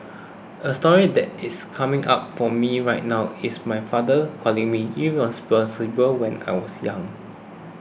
a story that is coming up for me right now is my father calling me irresponsible when I was young